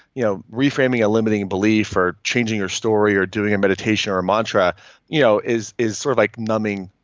you know reframing a limiting belief, or changing your story, or doing a meditation, or a mantra you know is is sort of like numbing